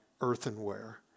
earthenware